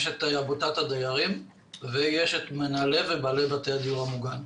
יש את עמותת הדיירים ויש את מנהלי ובעלי בתי הדיור המוגן.